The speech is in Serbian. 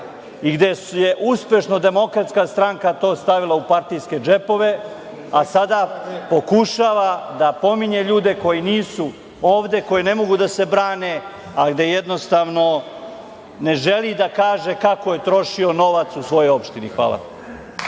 i gde je uspešno DS to stavila u partijske džepove, a sada pokušava da pominje ljude koji nisu ovde, koji ne mogu da se brane, gde jednostavno ne želi da kaže kako je trošio novac u svojoj opštini. Hvala.